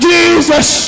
Jesus